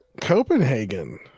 Copenhagen